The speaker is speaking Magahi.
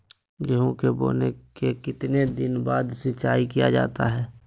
गेंहू के बोने के कितने दिन बाद सिंचाई किया जाता है?